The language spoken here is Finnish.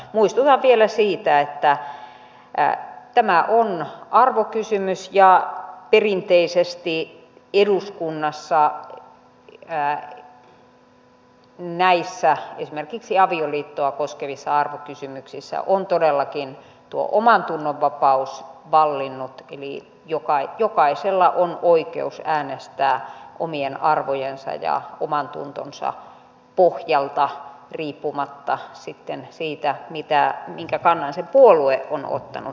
muistutan vielä siitä että tämä on arvokysymys ja perinteisesti eduskunnassa näissä esimerkiksi avioliittoa koskevissa arvokysymyksissä on todellakin tuo omantunnon vapaus vallinnut eli jokaisella on oikeus äänestää omien arvojensa ja omantuntonsa pohjalta riippumatta sitten siitä minkä kannan puolue on ottanut